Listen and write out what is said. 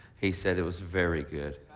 he said it was very good.